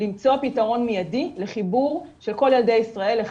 למצוא פתרון מיידי לחיבור של כל ילדי ישראל לחשמל.